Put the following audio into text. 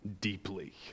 deeply